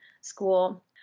school